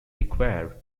require